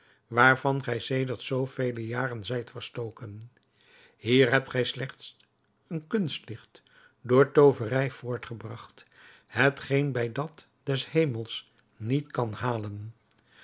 waarvan gij sedert zoo vele jaren zijt verstoken hier hebt gij slechts een kunstlicht door tooverij voortgebragt hetgeen bij dat des hemels niet kan halen